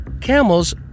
Camels